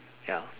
ya